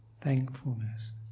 thankfulness